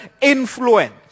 influence